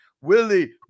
Willie